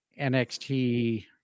NXT